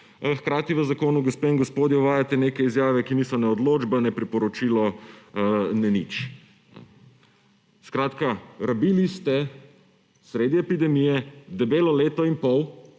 Hkrati v zakonu, gospe in gospodje, uvajate neke izjave, ki niso ne odločba, ne priporočilo, ne nič. Skratka, rabili ste sredi epidemije debelo leto in pol